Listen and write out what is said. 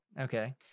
Okay